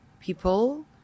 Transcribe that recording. people